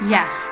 Yes